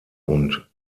und